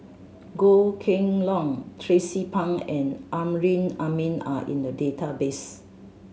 Goh Kheng Long Tracie Pang and Amrin Amin are in the database